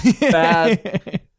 bad